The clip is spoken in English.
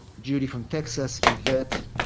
judy from texas, evette,